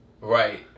right